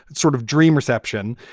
sort of dream reception.